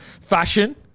Fashion